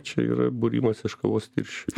čia yra būrimas iš kavos tirščių